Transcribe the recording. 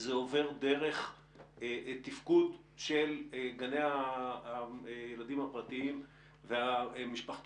זה עובר דרך תפקוד של גני הילדים הפרטיים והמשפחתונים.